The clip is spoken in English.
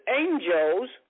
angels